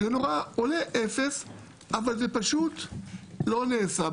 עולה אפס אבל זה פשוט לא נעשה.